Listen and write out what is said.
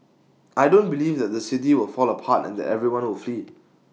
I don't believe that the city will fall apart and that everyone will flee